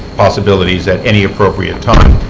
possibilities at any appropriate time.